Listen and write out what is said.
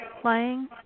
playing